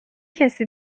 کسی